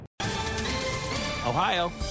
Ohio